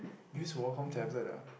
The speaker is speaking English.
use Wacom tablet ah